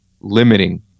limiting